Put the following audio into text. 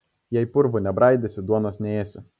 jei purvų nebraidysi duonos neėsi